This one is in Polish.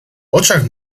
oczach